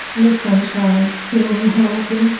ms. sunshine, janine hamilton,